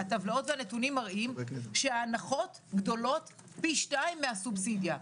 הטבלאות והנתונים מראים שההנחות גדולות פי שניים מהסובסידיה,